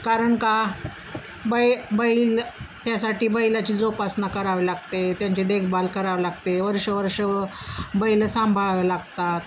कारण का बै बैल त्यासाठी बैलाची जोपासना करावे लागते त्यांचे देखभाल करावे लागते वर्ष वर्ष बैल सांभाळावे लागतात